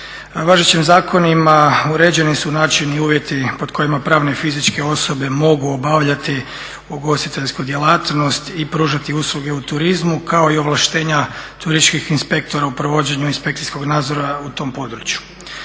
Važećim zakonima uređeni su načini i uvjeti pod kojima pravne i fizičke osobe mogu obavljati ugostiteljsku djelatnost i pružati usluge u turizmu kao i ovlaštenja turističkih inspektora u provođenju inspekcijskog nadzora u tom području.